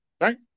Right